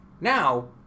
Now